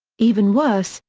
even worse,